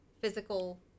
physical